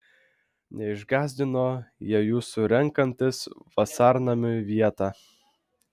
neišgąsdino jie jūsų renkantis vasarnamiui vietą